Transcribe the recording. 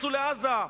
תיכנסו לעזה.